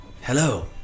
Hello